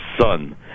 son